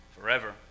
forever